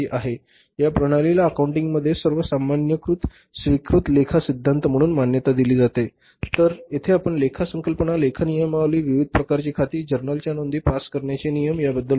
या प्रणालींना अकाउंटिंग मध्ये सर्व सामान्यतः स्वीकृत लेखा सिद्धांत म्हणून मान्यता दिली जातेतर जेथे आपण लेखा संकल्पना लेखा नियमावली विविध प्रकारची खाती जर्नलच्या नोंदी पास करण्याचे नियम याबद्दल बोलणार आहोत